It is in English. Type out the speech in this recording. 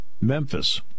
Memphis